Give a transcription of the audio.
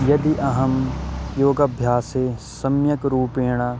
यदि अहं योगाभ्यासे सम्यक् रूपेण